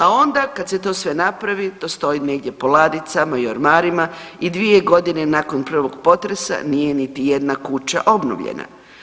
A onda kad se sve to napravi to stoji negdje po ladicama i ormarima i dvije godine nakon prvog potresa nije niti jedna kuća obnovljena.